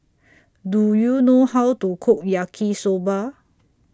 Do YOU know How to Cook Yaki Soba